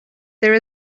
there